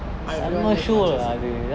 everyone just watches it